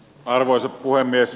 arvoisa puhemies